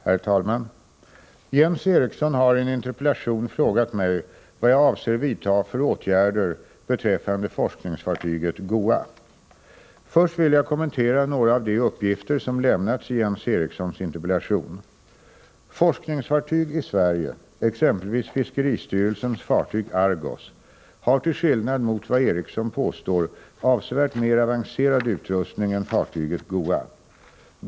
Herr talman! Jens Eriksson har i en interpellation frågat mig vad jag avser vidta för åtgärder beträffande forskningsfartyget GOA. Först vill jag kommentera några av de uppgifter som lämnats i Jens Erikssons interpellation. Forskningsfartyg i Sverige, exempelvis fiskeristyrelsens fartyg Argos, har till skillnad mot vad Eriksson påstår avsevärt mer avancerad utrustning än fartyget GOA.